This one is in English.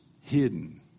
hidden